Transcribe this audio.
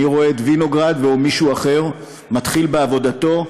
אני רואה את וינוגרד או מישהו אחר מתחיל בעבודתו,